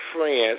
friends